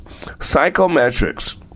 Psychometrics